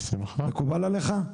מקובל עליך?